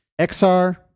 XR